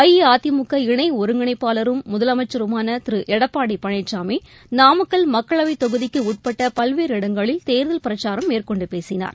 அஇஅதிமுக இணைஒருங்கிணைப்பாளருமானமுதலமைச்சருமானதிருளடப்பாடிபழனிசாமிநாமக்கல் மக்களவைதொகுதிக்குடட்பட் பல்வேறு இடங்களில் தேர்தல் பிரச்சாரம் மேற்கொண்டுபேசினார்